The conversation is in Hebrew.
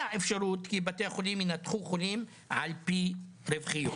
אפשרות כי בתי החולים ינתחו חולים על פי רווחיות.